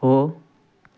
हो